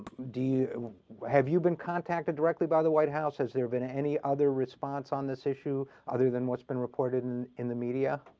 have you been contacted directly by the white house has there been any other response on this issue other than what's been reported in in the media